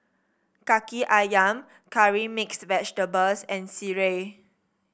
kaki ayam Curry Mixed Vegetable and sireh